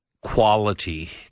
quality